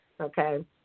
Okay